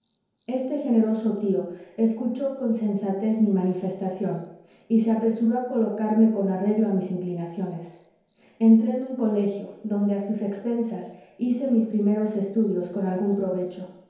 este generoso tío escuchó con sensatez mi manifestación y se apresuró a colocarme con arreglo a mis inclinaciones entré en un colegio donde a sus expensas hice mis primeros estudios con algún provecho